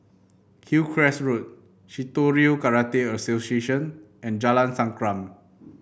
Hillcrest Road Shitoryu Karate Association and Jalan Sankam